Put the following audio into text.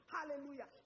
Hallelujah